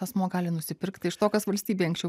asmuo gali nusipirkti iš tokios valstybei anksčiau